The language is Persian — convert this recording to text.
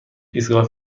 ایستگاه